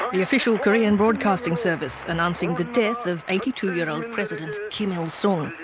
the official korean broadcasting service announcing the death of eighty two year old president kim il-sung.